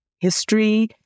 history